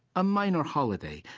a minor holiday,